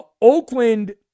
Oakland